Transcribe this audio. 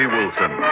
Wilson